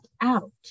out